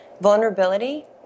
vulnerability